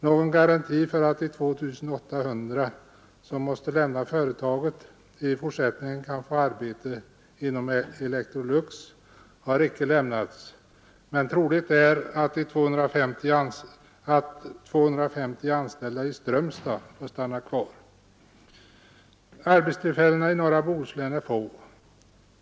Någon garanti för att de 2800 som måste lämna företaget i fortsättningen kan få arbete inom Electrolux har icke lämnats, men troligt är att 250 anställda i Strömstad får stanna kvar. Arbetstillfällena i norra Bohuslän är få.